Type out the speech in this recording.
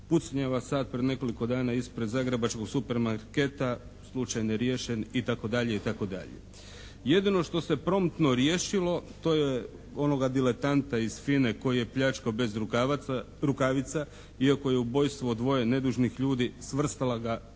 Pucnjava sad pred nekoliko dana ispred zagrebačkog supermarketa? Slučaj neriješen itd. Jedino što se promptno riješilo to je onoga diletanta iz FINA-e koji je pljačkao bez rukavica iako je ubojstvo dvoje nedužnih ljudi svrstalo ga